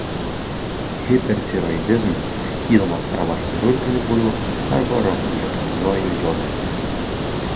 hipertiroidizmas gydomas arba chirurginiu būdu arba radioaktyviuoju jodu